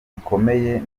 gikomeye